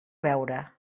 beure